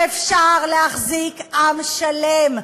שאפשר להחזיק עם שלם,